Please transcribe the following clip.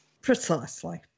Precisely